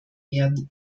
werden